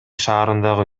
шаарындагы